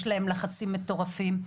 יש להם לחצים מטורפים,